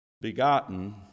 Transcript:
begotten